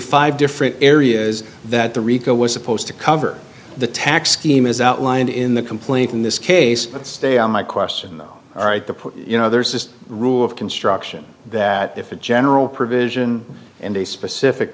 five different areas that the rico was supposed to cover the tax scheme as outlined in the complaint in this case but stay on my question all right the point you know there's this rule of construction that if a general provision and a specific